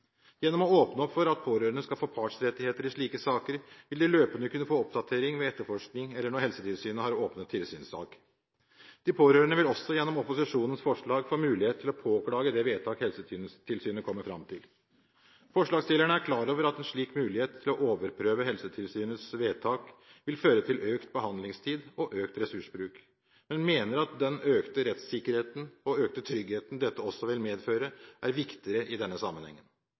Gjennom å åpne opp for at pårørende skal få partsrettigheter i slike saker, vil de løpende kunne få oppdatering ved etterforskning eller når Helsetilsynet har åpnet tilsynssak. De pårørende vil også gjennom opposisjonens forslag få mulighet til å påklage det vedtak Helsetilsynet kommer fram til. Forslagsstillerne er klar over at en slik mulighet til å overprøve Helsetilsynets vedtak vil føre til økt behandlingstid og økt ressursbruk, men mener at den økte rettssikkerheten og økte tryggheten dette også vil medføre, er viktigere i denne